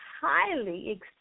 highly